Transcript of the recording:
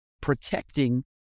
protecting